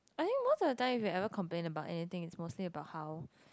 I think most of the time if you ever complain about anything is mostly about how